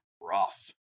rough